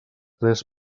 tres